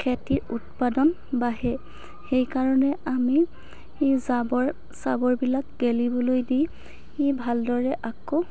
খেতিৰ উৎপাদন বাঢ়ে সেইকাৰণে আমি জাৱৰ চাৱৰবিলাক গেলিবলৈ দি ভালদৰে আকৌ